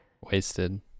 Wasted